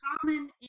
common